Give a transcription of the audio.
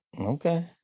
Okay